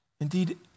Indeed